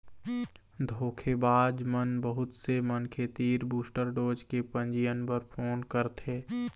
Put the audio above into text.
धोखेबाज मन बहुत से मनखे तीर बूस्टर डोज के पंजीयन बर फोन करथे